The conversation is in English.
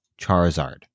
Charizard